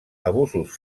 abusos